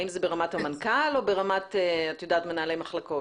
האם זה ברמת המנכ"ל או ברמת מנהלי מחלקות?